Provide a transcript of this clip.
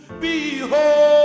Behold